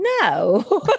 no